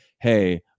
Hey